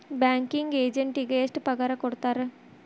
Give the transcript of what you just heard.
Banking ಎಜೆಂಟಿಗೆ ಎಷ್ಟ್ ಪಗಾರ್ ಕೊಡ್ತಾರ್?